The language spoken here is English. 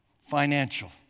financial